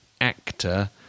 actor